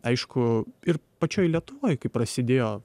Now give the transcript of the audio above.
aišku ir pačioj lietuvoj kai prasidėjo